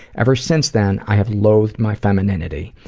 ever since then, i have loathed my femininity.